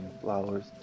flowers